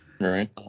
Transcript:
Right